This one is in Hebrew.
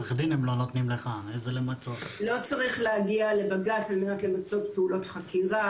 לא צריך להגיע לבג"ץ על מנת למצות פעולות חקירה,